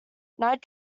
night